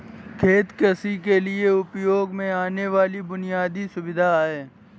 खेत कृषि के लिए उपयोग में आने वाली बुनयादी सुविधा है